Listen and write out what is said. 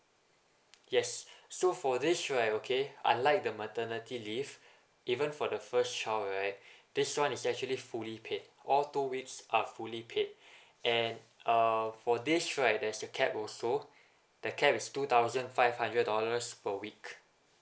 yes so for this right okay unlike the maternity leave even for the first child right this one is actually fully paid all two weeks are fully paid and uh for this right there's a cap also the cap is two thousand five hundred dollars per week